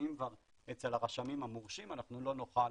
שנמצאים כבר אצל הרשמים המורשים אנחנו לא נוכל